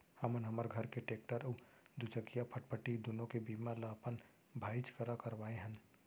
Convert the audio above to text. हमन हमर घर के टेक्टर अउ दूचकिया फटफटी दुनों के बीमा ल अपन भाईच करा करवाए हन